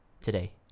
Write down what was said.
Today